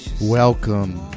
Welcome